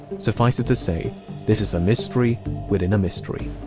suffice it to say this is a mystery within a mystery.